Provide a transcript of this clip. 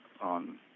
on